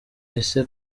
ese